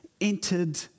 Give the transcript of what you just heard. entered